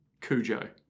Cujo